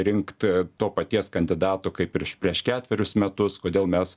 rinkt to paties kandidato kaip prieš prieš ketverius metus kodėl mes